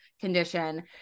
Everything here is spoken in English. condition